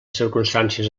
circumstàncies